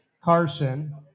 Carson